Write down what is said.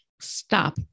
stop